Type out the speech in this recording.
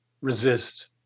resist